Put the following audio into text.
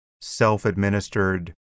self-administered